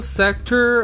sector